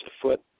afoot